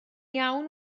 iawn